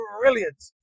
Brilliant